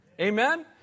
Amen